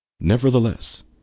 Nevertheless